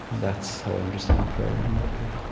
that's how i understand prayer in that way.